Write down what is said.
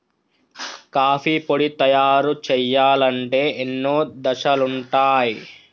coffee పొడి తయారు చేయాలంటే ఎన్నో దశలుంటయ్